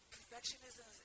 Perfectionism